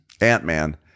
Ant-Man